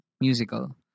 Musical